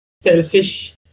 selfish